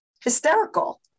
hysterical